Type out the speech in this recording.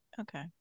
Okay